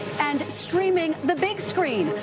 and streaming the big screen,